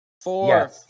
Four